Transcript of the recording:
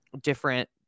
different